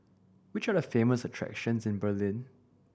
which are the famous attractions in Berlin